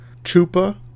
chupa